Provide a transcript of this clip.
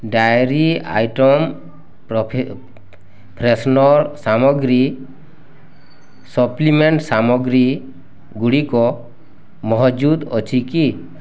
dairy item freshener ସାମଗ୍ରୀ supplement ସାମଗ୍ରୀଗୁଡ଼ିକ ମହଜୁଦ ଅଛି କି